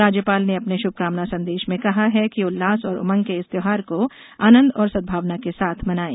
राज्यपाल ने अपने शुभकामना संदेश में कहा है कि उल्लास और उमंग के इस त्यौहार को आनंद और सद्भावना के साथ मनाएँ